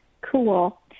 cool